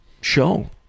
show